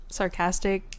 sarcastic